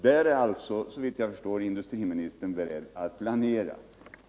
Där är alltså, såvitt jag förstår, industriministern beredd att planera.